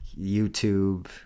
YouTube